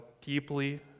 deeply